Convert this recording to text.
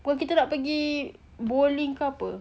no kita nak pergi bowling ke apa